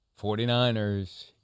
49ers